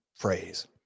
phrase